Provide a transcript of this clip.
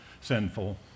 sinful